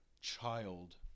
child